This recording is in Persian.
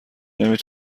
نمی